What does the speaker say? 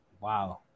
Wow